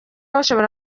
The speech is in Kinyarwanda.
bashobora